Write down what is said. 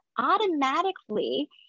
automatically